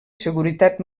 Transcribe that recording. seguretat